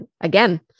again